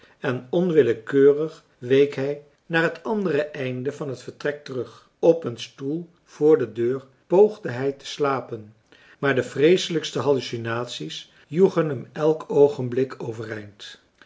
en onwillekeurig week hij naar het andere einde van het vertrek terug op een stoel voor de deur poogde hij te slapen maar de vreeselijkste hallucinatie's joegen hem elk oogenblik overeind